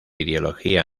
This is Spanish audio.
ideología